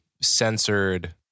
censored